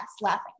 laughing